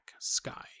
sky